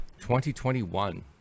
2021